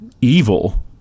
evil